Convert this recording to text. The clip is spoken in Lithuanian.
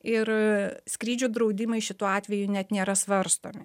ir skrydžių draudimai šituo atveju net nėra svarstomi